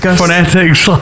phonetics